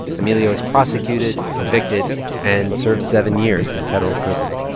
emilio was prosecuted, convicted and served seven years in federal prison.